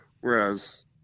Whereas